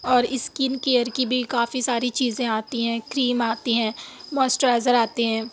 اور skin care کی بھی کافی ساری چیزیں آتی ہیں کریم آتی ہیں موسچورائزر آتے ہیں